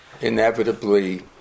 inevitably